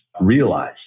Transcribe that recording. realize